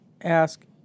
ask